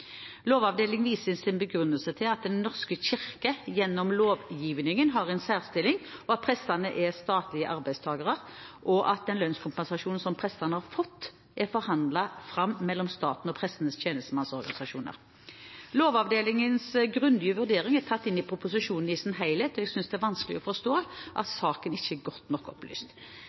Lovavdelingen viser i sin begrunnelse til at Den norske kirke gjennom lovgivningen har en særstilling, at prestene er statlige arbeidstakere, og at den lønnskompensasjon som prestene har fått, er forhandlet fram mellom staten og prestenes tjenestemannsorganisasjoner. Lovavdelingens grundige vurdering er tatt inn i proposisjonen i sin helhet. Jeg synes det er vanskelig å forstå